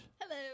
Hello